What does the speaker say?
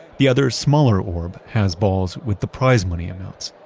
the other smaller orb has balls with the prize money amounts.